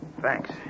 Thanks